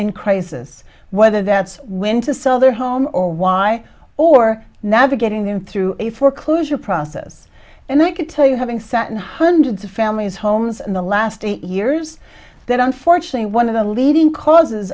in crisis whether that's when to sell their home or why or navigating them through a foreclosure process and they could tell you having sat in hundreds of families homes in the last eight years that unfortunately one of the leading causes